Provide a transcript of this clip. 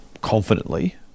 confidently